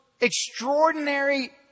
extraordinary